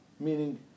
Meaning